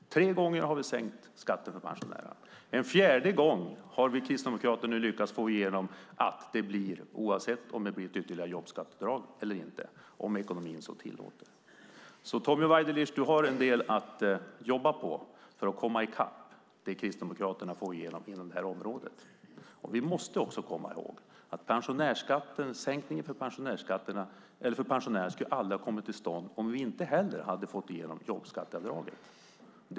Tre gånger har vi sänkt skatten för pensionärerna. Vi kristdemokrater har lyckats få igenom att det blir en fjärde gång oavsett om det blir ett ytterligare jobbskatteavdrag eller inte, om ekonomin så tillåter. Tommy Waidelich, du har en del att jobba på för att komma i kapp det Kristdemokraterna får igenom på det här området. Vi måste också komma ihåg att skattesänkningen för pensionärerna aldrig skulle ha kommit till stånd om vi inte hade fått igenom jobbskatteavdraget.